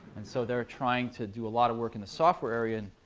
and so they're trying to do a lot of work in the software area. and